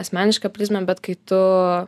asmenišką prizmę bet kai tu